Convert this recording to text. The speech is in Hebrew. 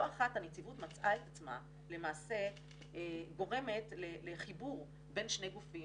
לא אחת הנציבות מצאה את עצמה למעשה גורמת לחיבור בין שני גופים.